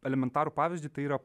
elementarų pavyzdį tai yra